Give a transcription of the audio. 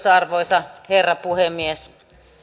arvoisa herra puhemies